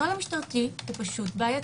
הנוהל המשטרתי הוא בעייתי.